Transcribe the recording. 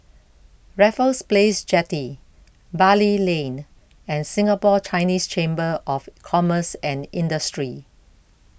Raffles Place Jetty Bali Lane and Singapore Chinese Chamber of Commerce and Industry